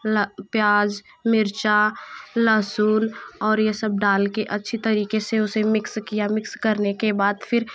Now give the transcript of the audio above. ल प्याज मिर्चा लहसुन और ये सब डाल कर अच्छी तरीके से उसे मिक्स किया मिक्स करने के बाद फिर